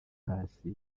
paccy